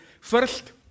first